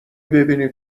ببینی